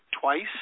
twice